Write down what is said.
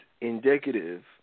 indicative